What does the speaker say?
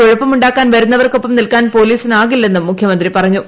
കുഴപ്പമുണ്ടാക്കാൻ വരുന്നവർക്ക് ഒപ്പം നിൽക്കാൻ പോലീസിനാകില്ലെന്നും മുഖ്യമന്ത്രി പറഞ്ഞു